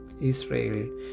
Israel